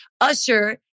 Usher